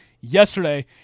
yesterday